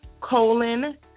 colon